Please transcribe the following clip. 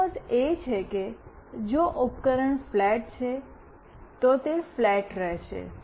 તેનો અર્થ એ કે જો ઉપકરણ ફ્લેટ છે તો તે ફ્લેટ રહેશે